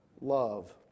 love